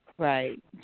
Right